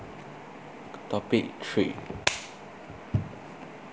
topic three